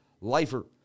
Lifer